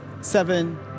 seven